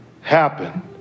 happen